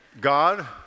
God